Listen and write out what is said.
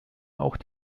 auch